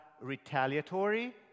retaliatory